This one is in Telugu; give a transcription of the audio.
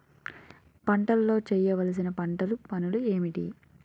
పంటలో చేయవలసిన పంటలు పనులు ఏంటి?